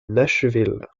nashville